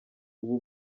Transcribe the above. ubu